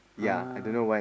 oh